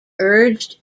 urged